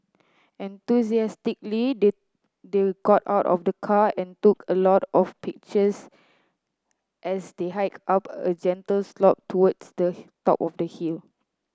enthusiastically they they got out of the car and took a lot of pictures as they hiked up a gentle slope towards the top of the hill